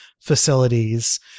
facilities